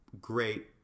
great